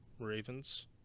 Ravens